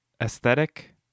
aesthetic